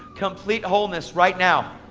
complete wholeness right now.